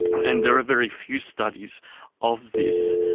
and there are very few studies of this,